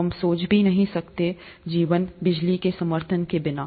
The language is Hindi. हम सोच भी नहीं सकते जीवन बिजली के समर्थन के बिना